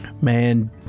Man